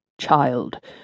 child